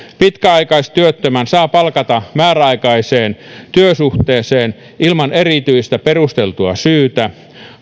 pitkäaikaistyöttömän saa palkata määräaikaiseen työsuhteeseen ilman erityistä perusteltua syytä